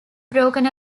broken